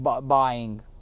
buying